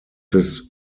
this